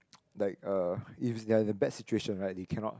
ppo like uh if it's they are in a bad situation right they cannot